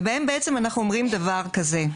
בהם בעצם אנחנו אומרים דבר כזה,